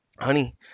Honey